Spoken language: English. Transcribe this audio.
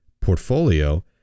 portfolio